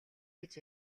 гэж